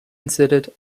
considered